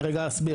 אני רגע אסביר.